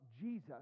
Jesus